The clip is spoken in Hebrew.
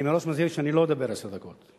אני מראש מזהיר שאני לא אדבר עשר דקות.